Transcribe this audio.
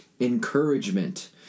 encouragement